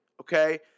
okay